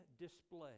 display